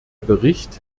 bericht